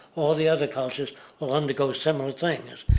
all the other cultures will undergo similar things.